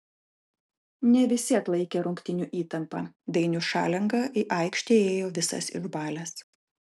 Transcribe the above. ne visi atlaikė rungtynių įtampą dainius šalenga į aikštę įėjo visas išbalęs